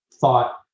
thought